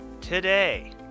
today